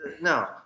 no